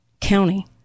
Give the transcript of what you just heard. county